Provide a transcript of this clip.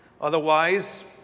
otherwise